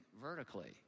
vertically